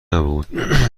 نبود